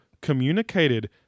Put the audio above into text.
communicated